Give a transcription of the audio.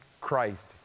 Christ